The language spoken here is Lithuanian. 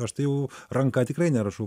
aš tai jau ranka tikrai nerašau